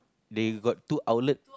they got two outlet